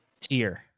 tier